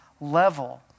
level